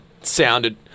sounded